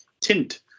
tint